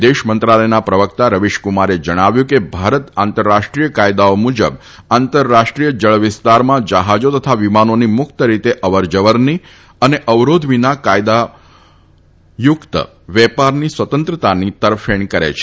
વિદેશ મંત્રાલયના પ્રવક્તા રવિશકુમારે જણાવ્યું છે કેભારત આંતરરાષ્ટ્રીય કાયદાઓ મુજબ આંતરરાષ્ટ્રીય જળવિસ્તારમાં જહાજા તથા વિમાનોની મુક્ત રીતે અવરજવરની અને અવરોધ વિના કાયદા મુજબ વેપારની સ્વતંત્રતાની તરફેણ કરે છે